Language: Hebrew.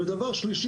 שלישית,